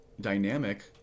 dynamic